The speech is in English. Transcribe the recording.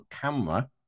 camera